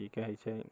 की कहैत छै